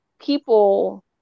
people